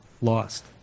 lost